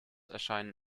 erscheinen